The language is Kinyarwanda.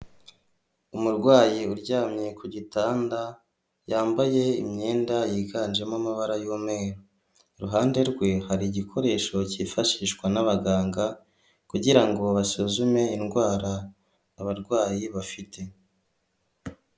Umurwayi uryamye ku gitanda, yambaye imyenda yiganjemo amabara y'umweru, iruhande rwe hari igikoresho cyifashishwa n'abaganga kugira ngo basuzume indwara abarwayi bafite.